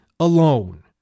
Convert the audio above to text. Alone